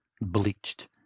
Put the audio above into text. bleached